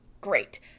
great